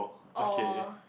or